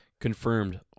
Confirmed